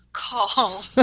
call